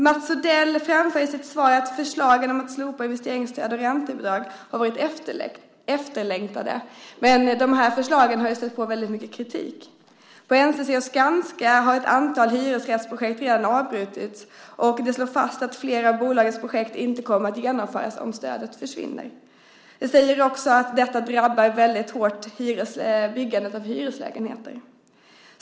Mats Odell framför i sitt svar att förslagen om att slopa investeringsstöd och räntebidrag har varit efterlängtade. Men de här förslagen har ju stött på väldigt mycket kritik. På NCC och Skanska har ett antal hyresrättsprojekt redan avbrutits, och det slås fast att flera av bolagens projekt inte kommer att genomföras om stödet försvinner. De säger också att detta väldigt hårt drabbar byggandet av hyreslägenheter.